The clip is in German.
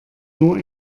nur